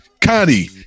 Connie